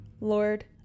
Lord